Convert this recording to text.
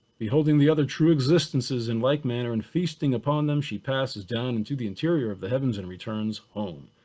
the holding the other true existences in like manner and feasting upon them, she passes down into the interior of the heavens and returns home.